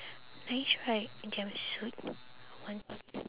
nice right jumpsuit un~